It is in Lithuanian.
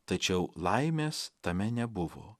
tačiau laimės tame nebuvo